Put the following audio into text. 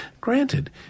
Granted